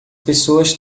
pessoas